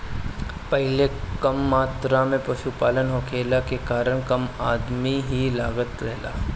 पहिले कम मात्रा में पशुपालन होखला के कारण कम अदमी ही लागत रहलन